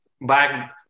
back